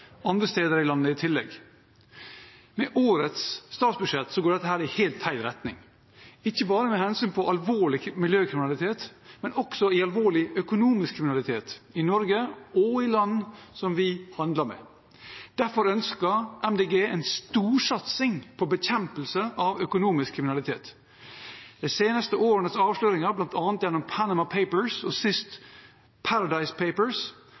andre steder i landet i tillegg. Med årets statsbudsjett går dette i helt feil retning, ikke bare med hensyn til alvorlig miljøkriminalitet, men også alvorlig økonomisk kriminalitet i Norge og i land som vi handler med. Derfor ønsker Miljøpartiet De Grønne en storsatsing på bekjempelse av økonomisk kriminalitet. De seneste årenes avsløringer, bl.a. gjennom Panama Papers og sist